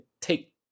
take